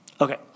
Okay